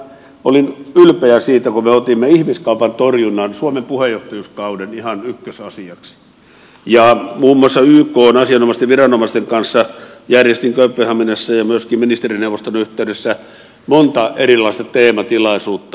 olin ylpeä siitä kun me otimme ihmiskaupan torjunnan suomen puheenjohtajuuskauden ihan ykkösasiaksi ja muun muassa ykn asianomaisten viranomaisten kanssa järjestin kööpenhaminassa ja myöskin ministerineuvoston yhteydessä monta erilaista teematilaisuutta